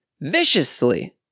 viciously